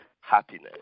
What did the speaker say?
happiness